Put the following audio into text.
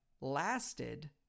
lasted